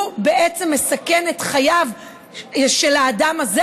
בעצם מסכן את חייו של האדם הזה,